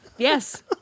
Yes